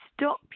stop